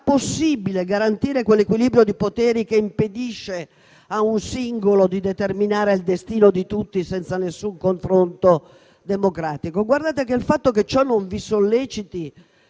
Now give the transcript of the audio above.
possibile garantire quell'equilibrio di poteri che impedisce a un singolo di determinare il destino di tutti senza alcun confronto democratico. Ciò non vi sollecita